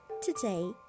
Today